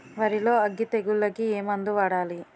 వరిలో అగ్గి తెగులకి ఏ మందు వాడాలి?